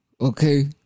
Okay